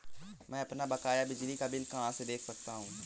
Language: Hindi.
मैं अपना बकाया बिजली का बिल कहाँ से देख सकता हूँ?